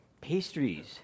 Pastries